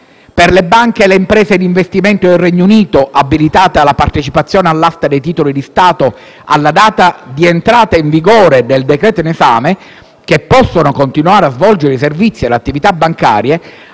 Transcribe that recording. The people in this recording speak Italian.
per le banche e le imprese d'investimento del Regno Unito abilitate alla partecipazione all'asta dei titoli di Stato alla data di entrata in vigore del decreto-legge in esame, che possono continuare a svolgere i servizi e le attività bancarie,